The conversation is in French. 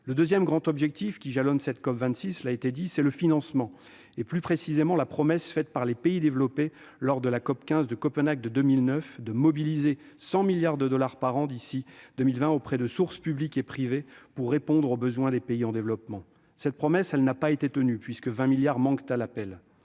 Le deuxième objectif qui jalonne cette COP26 est le financement, et plus précisément la promesse faite par les pays développés lors de la COP15 de Copenhague de 2009 de mobiliser 100 milliards de dollars par an d'ici 2020 auprès de sources publiques et privées pour répondre aux besoins des pays en développement. Cette promesse n'a pas été tenue, puisque 20 milliards de dollars manquent à l'appel.